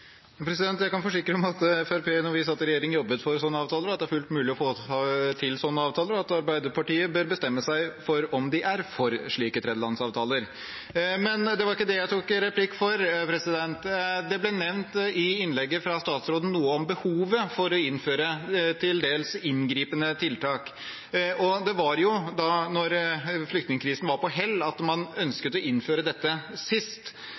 Jeg kan forsikre om at Fremskrittspartiet da vi satt i regjering, jobbet for slike avtaler. Det er mulig å få til slike avtaler, og Arbeiderpartiet bør bestemme seg for om de er for slike tredjelandsavtaler. Men det var ikke det jeg tok replikk for. Det ble nevnt i innlegget fra statsråden noe om behovet for å innføre til dels inngripende tiltak. Det var da flyktningkrisen var på hell, at man ønsket å innføre dette sist.